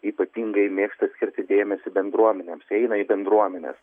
ypatingai mėgsta skirti dėmesį bendruomenėms eina į bendruomenes